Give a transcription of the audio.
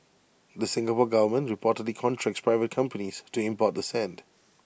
the Singapore Government reportedly contracts private companies to import the sand